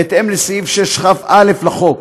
בהתאם לסעיף 6כ(א) לחוק,